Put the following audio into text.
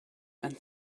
and